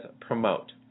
promote